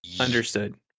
Understood